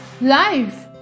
life